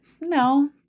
No